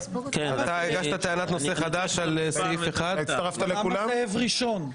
אתה הגשת טענת נושא חדש על סעיף 1. למה זאב ראשון?